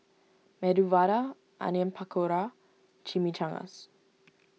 Medu Vada Onion Pakora Chimichangas